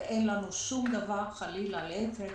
ואין לנו שום דבר חלילה להפך,